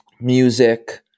music